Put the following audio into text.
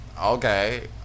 okay